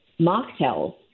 mocktails